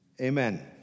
amen